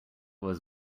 was